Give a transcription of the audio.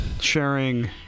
sharing